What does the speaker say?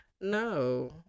No